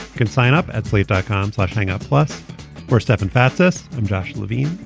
can sign up at slate dot com. like signing up plus for stefan fatsis. i'm josh levine.